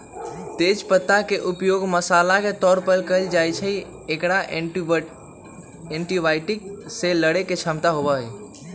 तेज पत्ता के उपयोग मसाला के तौर पर कइल जाहई, एकरा एंजायटी से लडड़े के क्षमता होबा हई